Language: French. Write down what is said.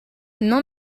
non